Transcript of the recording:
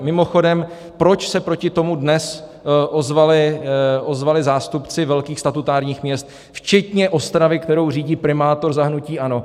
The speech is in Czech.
Mimochodem, proč se proti tomu dnes ozvali zástupci velkých statutárních měst včetně Ostravy, kterou řídí primátor za hnutí ANO?